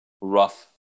rough